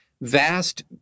vast